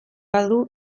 badu